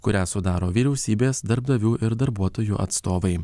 kurią sudaro vyriausybės darbdavių ir darbuotojų atstovai